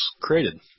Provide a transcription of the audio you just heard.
created